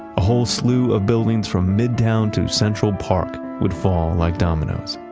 a whole slew of buildings from midtown to central park would fall like dominoes